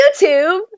YouTube